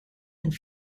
and